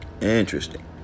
interesting